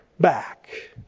back